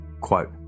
Quote